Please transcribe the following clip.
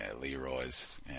Leroy's